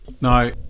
Now